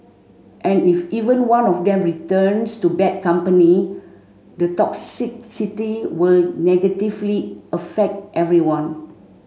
and if even one of them returns to bad company the toxicity will negatively affect everyone